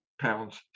pounds